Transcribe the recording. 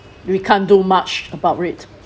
we can't do much about it